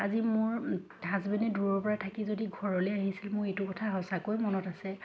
আজি মোৰ হাজবেণ্ডে দূৰৰপৰা থাকি যদি ঘৰলৈ আহিছিল মোৰ এইটো কথা সঁচাকৈ মনত আছে